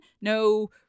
no